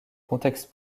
contextes